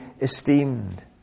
esteemed